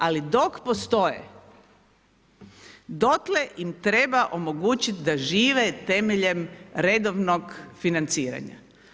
Ali dok postoje, dotle im treba omogućiti da žive temeljem redovnog financiranja.